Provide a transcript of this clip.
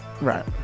Right